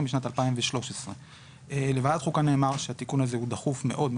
בשנת 2013. לוועדת חוקה נאמר שהתיקון הזה הוא דחוף מאוד,